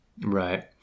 right